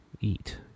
eat